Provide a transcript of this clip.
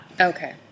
Okay